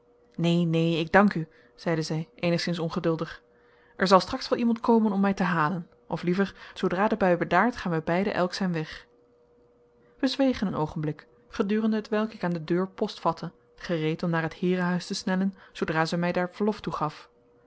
neen neen ik dank u zeide zij eenigszins ongeduldig er zal straks wel iemand komen om mij te halen of liever zoodra de bui bedaart gaan wij beiden elk zijn weg wij zwegen een oogenblik gedurende hetwelk ik aan de deur post vatte gereed om naar het heerenhuis te snellen zoodra zij mij daar verlof toe gaf